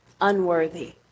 unworthy